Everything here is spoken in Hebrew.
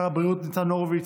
שר הבריאות ניצן הורוביץ,